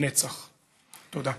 נצח." תודה.